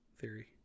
theory